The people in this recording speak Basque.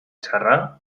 txarra